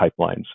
Pipelines